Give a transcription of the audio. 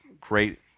great